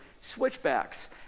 switchbacks